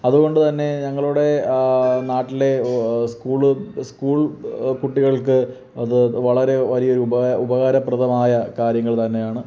അതുകൊണ്ട് തന്നെ ഞങ്ങളുടെ നാട്ടിലെ സ്കൂള് സ്കൂൾ കുട്ടികൾക്ക് അത് വളരെ വലിയൊരു ഉപകാരം ഉപകാരപ്രദമായ കാര്യങ്ങൾ തന്നെയാണ്